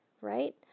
right